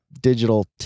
digital